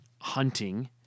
hunting